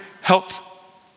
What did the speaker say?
health